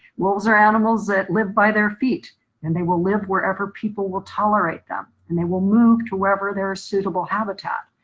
wolves are animals that live by their feet and they will live wherever people will tolerate them and they will move to wherever they're suitable habitat.